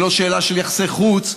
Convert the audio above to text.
היא לא שאלה של יחסי חוץ,